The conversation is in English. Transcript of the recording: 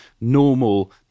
normal